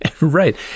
Right